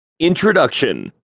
Introduction